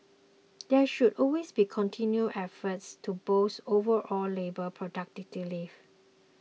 there should always be continued efforts to boost overall labour